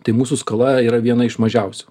tai mūsų skola yra viena iš mažiausių